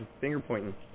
finger-pointing